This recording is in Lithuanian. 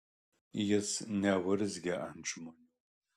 jis neurzgia ant žmonių